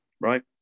right